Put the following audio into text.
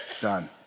Done